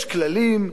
יש כללים,